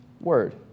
word